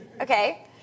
Okay